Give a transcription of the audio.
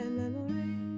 memory